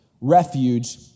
refuge